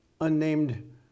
unnamed